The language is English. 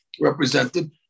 represented